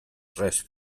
res